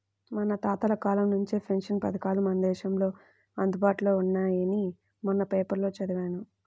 మన తాతల కాలం నుంచే పెన్షన్ పథకాలు మన దేశంలో అందుబాటులో ఉన్నాయని మొన్న పేపర్లో చదివాను